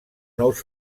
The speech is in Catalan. nous